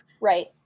Right